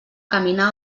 caminar